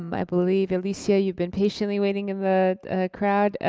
um i believe alicia, you've been patiently waiting in the crowd,